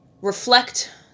reflect